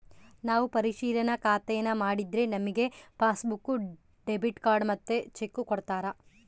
ನಾವು ಪರಿಶಿಲನಾ ಖಾತೇನಾ ಮಾಡಿದ್ರೆ ನಮಿಗೆ ಪಾಸ್ಬುಕ್ಕು, ಡೆಬಿಟ್ ಕಾರ್ಡ್ ಮತ್ತೆ ಚೆಕ್ಕು ಕೊಡ್ತಾರ